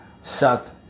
sucked